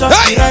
Hey